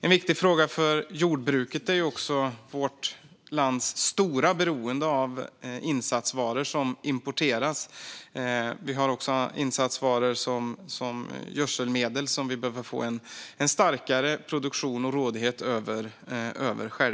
En viktig fråga för jordbruket är vårt lands stora beroende av insatsvaror som importeras. Vi har insatsvaror som gödselmedel som vi behöver få en starkare produktion av och egen rådighet över.